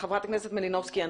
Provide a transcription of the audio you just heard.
חברת הכנסת מלינובסקי,